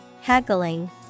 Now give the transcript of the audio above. Haggling